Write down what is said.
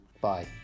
bye